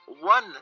one